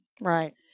Right